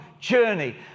journey